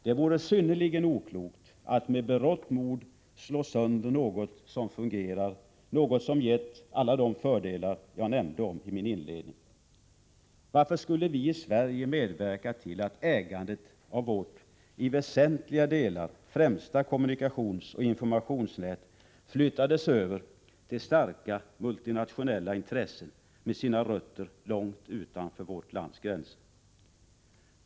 Det vore synnerligen oklokt att med berått mod slå sönder något som fungerar, något som gett alla de fördelar jag nämnde i inledningen av mitt anförande. Varför skulle vi i Sverige medverka till att ägandet av vårt i väsentliga delar främsta kommunikationsoch informationsnät flyttades över till starka multinationella intressen med sina rötter långt utanför vårt lands gränser?